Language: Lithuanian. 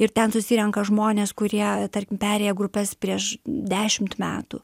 ir ten susirenka žmonės kurie tarkim perėję grupes prieš dešimt metų